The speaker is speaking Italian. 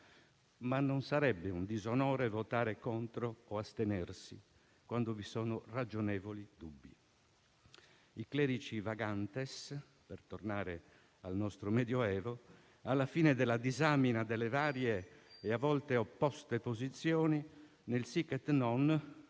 ma non sarebbe un disonore votare contro o astenersi quando vi sono ragionevoli dubbi. I *clerici vagantes*, per tornare al nostro Medioevo, alla fine della disamina delle varie e a volte opposte posizioni nel *sic et non*